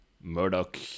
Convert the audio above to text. Murdoch